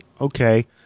Okay